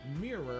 mirror